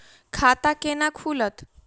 खाता केना खुलत?